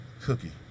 Cookie